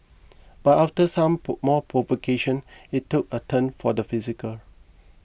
but after some pro more provocation it took a turn for the physical